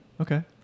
Okay